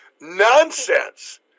nonsense